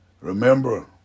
Remember